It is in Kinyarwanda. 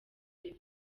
level